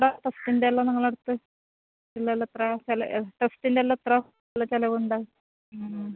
ദാ ടെസ്റ്റിൻ്റെ എല്ലാം നിങ്ങൾ അടുത്ത് ബില്ല് എല്ലാം എത്ര ആകും ടെസ്റ്റിൻ്റെ എല്ലാം എത്ര ചിലവ് ഉണ്ടാകും